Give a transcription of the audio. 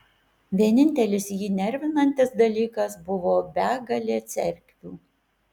vienintelis jį nervinantis dalykas buvo begalė cerkvių